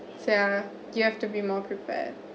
yeah you have to be more prepared